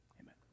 Amen